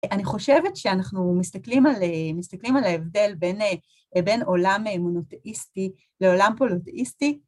אני חושבת שאנחנו מסתכלים על ההבדל בין עולם מונותאיסטי לעולם פולותאיסטי.